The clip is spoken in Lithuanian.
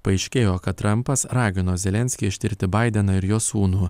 paaiškėjo kad trampas ragino zelenskį ištirti baideną ir jo sūnų